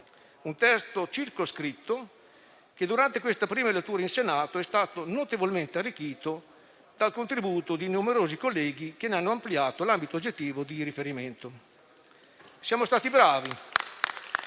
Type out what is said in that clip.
un testo circoscritto, che, durante l'esame in prima lettura in Senato, è stato notevolmente arricchito dal contributo di numerosi colleghi che ne hanno ampliato l'ambito oggettivo di riferimento. Siamo stati bravi